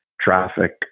traffic